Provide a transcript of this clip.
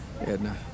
Edna